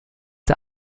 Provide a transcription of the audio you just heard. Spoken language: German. der